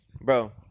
Bro